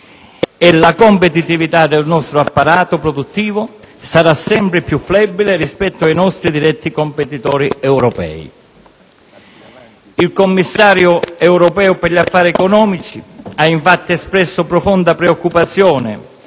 e la competitività del nostro apparato produttivo sarà sempre più flebile rispetto ai nostri diretti competitori europei. Il Commissario europeo per gli affari economici ha, infatti, espresso profonda preoccupazione